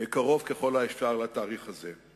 קרוב ככל האפשר לתאריך הזה.